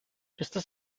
estas